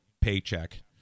paycheck